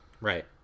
Right